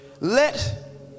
let